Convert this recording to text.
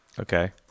Okay